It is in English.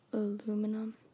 Aluminum